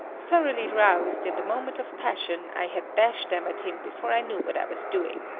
thoroughly roused, in the moment of passion, i had dashed them at him before i knew what i was doing.